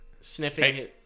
sniffing